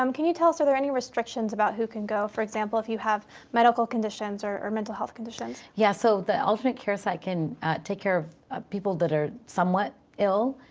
um can you tell us, are there any restrictions about who can go? for example, if you have medical conditions or or mental health conditions? yeah. so, the ultimate care site can take care of people that are somewhat ill.